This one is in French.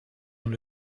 dans